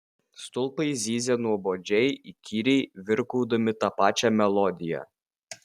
stulpai zyzė nuobodžiai įkyriai virkaudami tą pačią melodiją